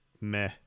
meh